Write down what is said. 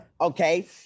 okay